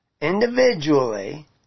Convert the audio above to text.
individually